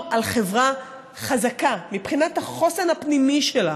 על חברה חזקה מבחינת החוסן הפנימי שלה,